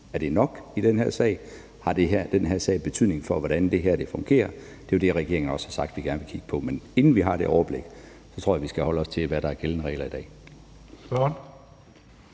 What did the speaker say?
Er det nok i den her sag? Har den her sag betydning for, hvordan det her fungerer? Det er jo det, regeringen har også sagt, at den gerne vil kigge på. Men inden vi har det overblik, tror jeg vi skal holde os til, hvad der er gældende regler i dag.